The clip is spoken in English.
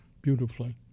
beautifully